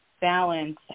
balance